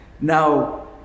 Now